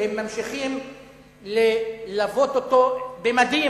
והם ממשיכים ללוות אותו, חלקם במדים,